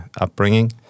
upbringing